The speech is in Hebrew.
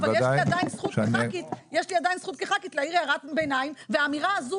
אבל יש לי עדיין זכות כח"כית להעיר הערת ביניים והאמירה הזו